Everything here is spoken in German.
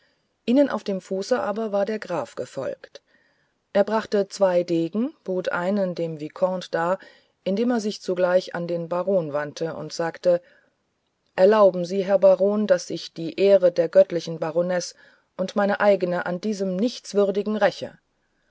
ihnen auf dem fuße aber war der graf gefolgt er brachte zwei degen und bot einen dem vicomte dar indem er sich zugleich an den baron wandte und sagte erlauben sie herr baron daß ich die ehre der göttlichen baronesse und meine eigene an diesem nichtswürdigen räche